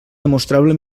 demostrable